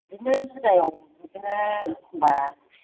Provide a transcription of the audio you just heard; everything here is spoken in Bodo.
बिदिनो बिगायाव बिदिनो एखमबा